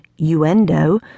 Uendo